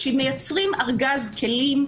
כשמייצרים ארגז כלים,